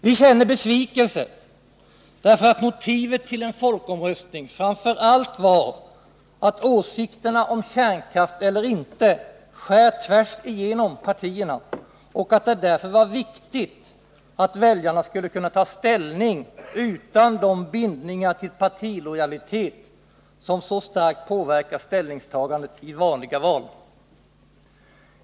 Vi känner besvikelse, därför att motivet till en folkomröstning framför allt var att åsikterna om kärnkraft eller inte skär tvärs igenom partierna. Det var därför viktigt att väljarna skulle kunna ta ställning utan de bindningar till partilojalitet som så starkt påverkar ställningstagandet vid vanliga val.